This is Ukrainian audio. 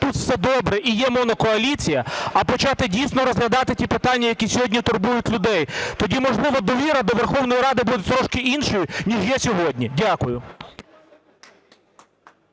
тут все добре і є монокоаліція, а почати дійсно розглядати ті питання, які сьогодні турбують людей, тоді, можливо, довіра до Верховної Ради буде трошки іншою, ніж є сьогодні. Дякую.